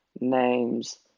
name's